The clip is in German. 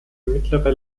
mittlere